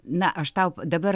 na aš tau dabar